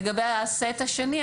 לגבי הדבר השני.